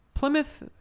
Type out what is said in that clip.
Plymouth